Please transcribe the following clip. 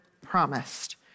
promised